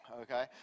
okay